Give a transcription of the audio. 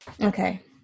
okay